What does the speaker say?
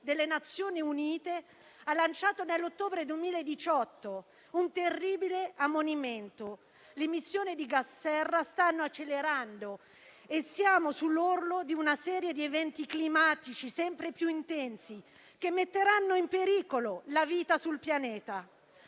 delle Nazioni Unite, ha lanciato nell'ottobre 2018 un terribile ammonimento: le emissioni di gas serra stanno accelerando e siamo sull'orlo di una serie di eventi climatici sempre più intensi che metteranno in pericolo la vita sul pianeta.